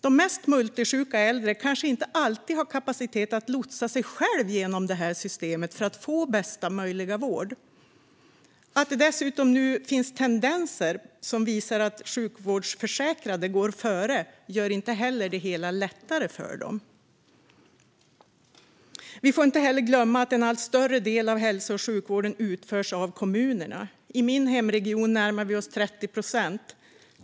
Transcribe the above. De mest multisjuka äldre kanske inte alltid har kapacitet att lotsa sig själva genom det systemet för att få bästa möjliga vård. Att det nu dessutom visat sig finnas tendenser att personer med sjukvårdsförsäkring går före gör inte det hela lättare. Vi får heller inte glömma att en allt större del av hälso och sjukvården utförs av kommunerna. I min hemregion närmar vi oss 30 procent.